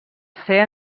ser